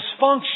dysfunction